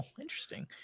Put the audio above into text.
interesting